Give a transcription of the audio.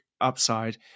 upside